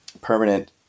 permanent